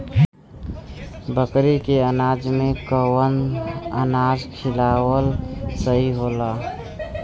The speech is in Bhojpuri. बकरी के अनाज में कवन अनाज खियावल सही होला?